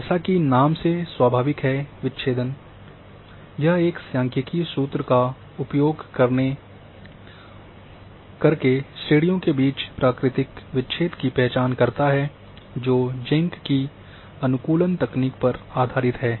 जैसा कि नाम से स्वाभाविक है विचेदन है यह एक सांख्यिकीय सूत्र का उपयोग करके श्रेणियों के बीच प्राकृतिक विच्छेद की पहचान करता है जो जेंक की अनुकूलन तकनीक पर आधारित है